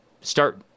start